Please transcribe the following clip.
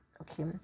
okay